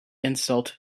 insult